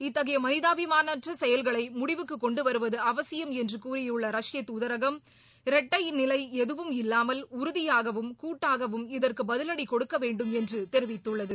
இத்தகைய மனிதாபிமானமற்ற செயல்களை முடிவுக்கு கொண்டுவருவது அவசியம் என்று கூறியுள்ள ரஷ்ப துதரகம் இரட்டை நிலை எதுவும் இல்லாமல் உறுதிபாகவும் கூட்டாகவும் இதற்கு பதிவடி கொடுக்கவேண்டும் என்று தெரிவித்துள்ளது